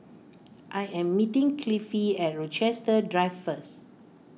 I am meeting Cliffie at Rochester Drive first